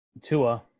Tua